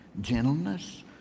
gentleness